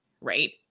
right